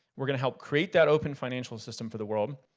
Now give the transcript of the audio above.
we're gonna help create that open financial system for the world.